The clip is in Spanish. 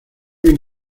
bien